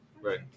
Right